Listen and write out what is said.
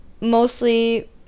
mostly